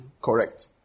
correct